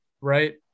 right